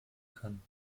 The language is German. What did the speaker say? könnten